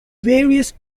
various